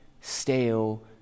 stale